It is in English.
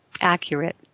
accurate